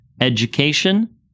Education